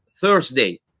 Thursday